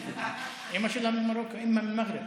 אימא שלה ממרוקו, אימא ממגרב.